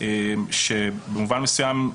שבמובן מסוים,